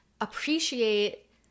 appreciate